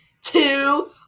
two